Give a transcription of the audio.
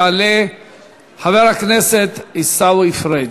יעלה חבר הכנסת עיסאווי פריג'.